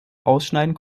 ausschneiden